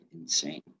insane